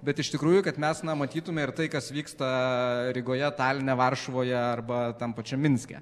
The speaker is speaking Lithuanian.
bet iš tikrųjų kad mes na matytume ir tai kas vyksta rygoje taline varšuvoje arba tam pačiam minske